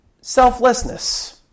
selflessness